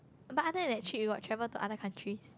but after that trip you got travel to other countries